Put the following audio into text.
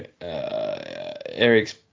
eric's